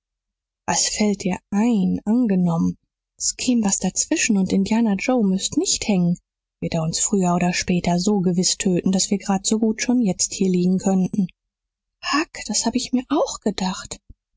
was fällt dir ein angenommen s käm was dazwischen und indianer joe müßt nicht hängen wird er uns früher oder später so gewiß töten daß wir grad so gut schon jetzt hier liegen könnten huck das hab ich mir auch gedacht